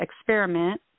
experiment